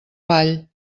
ball